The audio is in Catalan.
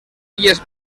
illes